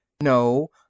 no